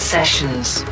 Sessions